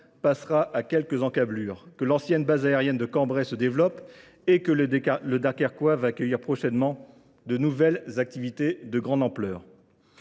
passera à quelques encablures, que l'ancienne base aérienne de Cambrai se développe et que le Dakarquois va accueillir prochainement de nouvelles activités de grande ampleur.